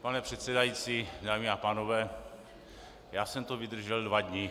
Pane předsedající, dámy a pánové, já jsem to vydržel dva dny.